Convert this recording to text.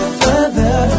further